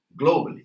globally